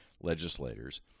legislators